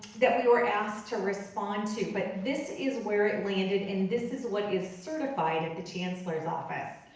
that we were asked to respond to. but this is where it landed and this is what is certified at the chancellor's office.